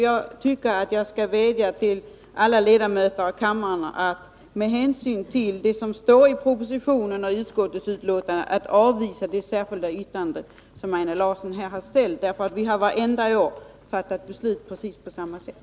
Jag vill därför vädja till alla ledamöter av kammaren att med hänsyn till det som står i propositionen och i utskottsbetänkandet avvisa det särskilda yrkande som Einar Larsson har ställt. Vi har vartenda år fattat beslut på precis samma sätt.